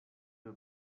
you